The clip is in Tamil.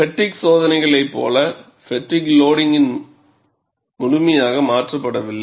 ஃப்பெட்டிக் சோதனைகளைப் போல ஃப்பெட்டிக் லோடிங்க் முழுமையாக மாற்றப்படவில்லை